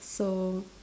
so